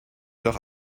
doch